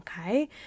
okay